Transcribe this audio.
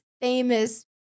famous